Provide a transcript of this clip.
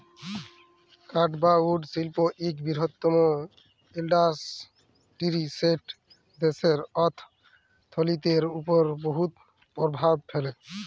কাঠ বা উড শিল্প ইক বিরহত্তম ইল্ডাসটিরি যেট দ্যাশের অথ্থলিতির উপর বহুত পরভাব ফেলে